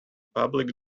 public